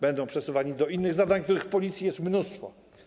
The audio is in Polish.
Będą przesuwani do innych zadań, których w Policji jest mnóstwo.